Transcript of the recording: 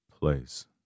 place